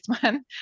one